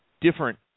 different